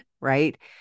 right